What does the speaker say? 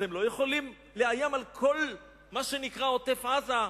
אז הם לא יכולים לאיים על כל מה שנקרא עוטף-עזה?